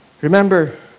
Remember